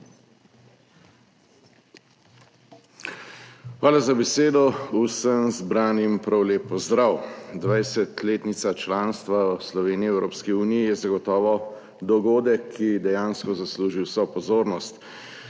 Hvala za besedo. Vsem zbranim prav lep pozdrav! 20-letnica članstva Slovenije v Evropski uniji je zagotovo dogodek, ki dejansko zasluži vso pozornost.